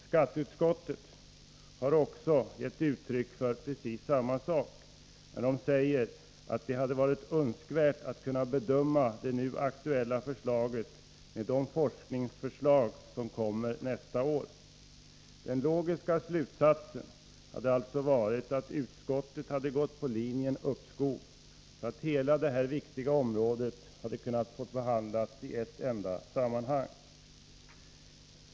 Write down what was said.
Skatteutskottet har också gett uttryck för precis samma reaktion när utskottet säger att det hade varit önskvärt att kunna bedöma det nu aktuella förslaget tillsammans med de forskningsförslag som kommer nästa år. Den logiska slutsatsen hade alltså varit att utskottet gått på linjen uppskov, så att hela det här viktiga området hade kunnat behandlas i ett enda sammanhang.